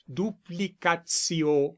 duplicatio